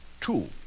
Two